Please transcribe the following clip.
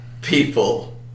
people